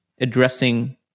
addressing